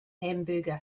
hamburger